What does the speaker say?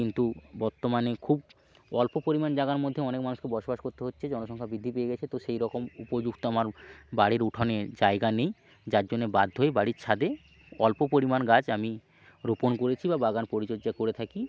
কিন্তু বর্তমানে খুব অল্প পরিমাণ জায়গার মধ্যে অনেক মানুষকে বসবাস করতে হচ্ছে জনসংখ্যা বৃদ্ধি পেয়ে গিয়েছে তো সেই রকম উপযুক্ত আমার বাড়ির উঠানে জায়গা নেই যার জন্যে বাধ্য হয়ে বাড়ির ছাদে অল্প পরিমাণ গাছ আমি রোপণ করেছি বা বাগান পরিচর্যা করে থাকি